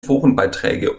forenbeiträge